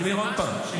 אני אומר עוד פעם,